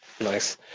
nice